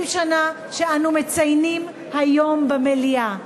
20 שנה שאנו מציינים היום במליאה,